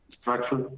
structure